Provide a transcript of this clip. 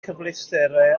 cyfleusterau